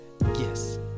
Yes